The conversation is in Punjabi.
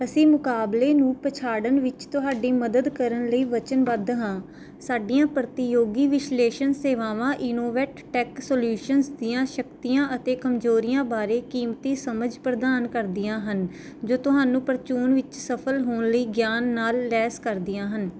ਅਸੀਂ ਮੁਕਾਬਲੇ ਨੂੰ ਪਛਾੜਨ ਵਿੱਚ ਤੁਹਾਡੀ ਮਦਦ ਕਰਨ ਲਈ ਵਚਨਬੱਧ ਹਾਂ ਸਾਡੀਆਂ ਪ੍ਰਤੀਯੋਗੀ ਵਿਸ਼ਲੇਸ਼ਣ ਸੇਵਾਵਾਂ ਇਨੋਵੇਟ ਟੈੱਕ ਸੋਲਿਊਸ਼ਨਜ਼ ਦੀਆਂ ਸ਼ਕਤੀਆਂ ਅਤੇ ਕਮਜ਼ੋਰੀਆਂ ਬਾਰੇ ਕੀਮਤੀ ਸਮਝ ਪ੍ਰਦਾਨ ਕਰਦੀਆਂ ਹਨ ਜੋ ਤੁਹਾਨੂੰ ਪ੍ਰਚੂਨ ਵਿੱਚ ਸਫਲ ਹੋਣ ਲਈ ਗਿਆਨ ਨਾਲ ਲੈਸ ਕਰਦੀਆਂ ਹਨ